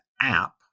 app